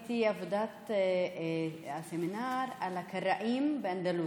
ועשיתי עבודת סמינר על הקראים באנדלוסיה,